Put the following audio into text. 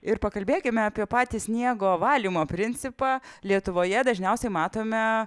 ir pakalbėkime apie patį sniego valymo principą lietuvoje dažniausiai matome